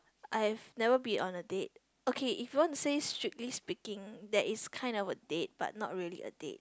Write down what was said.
I have never been on a date okay if you want to say strictly speaking there is kind of a date but not really a date